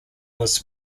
was